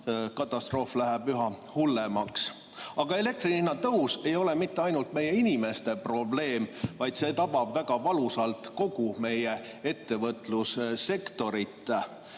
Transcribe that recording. Katastroof läheb üha hullemaks. Aga elektri hinna tõus ei ole mitte ainult meie inimeste probleem, vaid see tabab väga valusalt kogu meie ettevõtlussektorit.